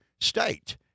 state